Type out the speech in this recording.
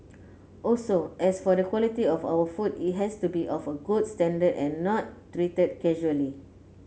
also as for the quality of our food it has to be of a good standard and not treated casually